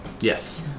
Yes